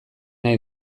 nahi